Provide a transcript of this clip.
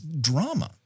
drama